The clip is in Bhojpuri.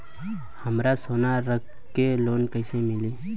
हमरा सोना रख के लोन कईसे मिली?